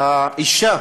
האישה